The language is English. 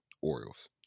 Orioles